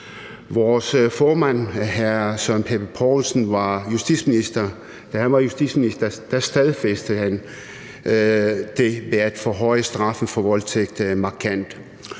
vores formand, hr. Søren Pape Poulsen, var justitsminister, stadfæstede han det ved at forhøje straffen for voldtægt markant,